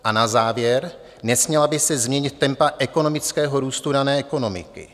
A na závěr, nesměla by se změnit tempa ekonomického růstu dané ekonomiky.